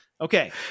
Okay